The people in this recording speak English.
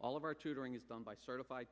all of our tutoring is done by certified